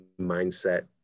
mindset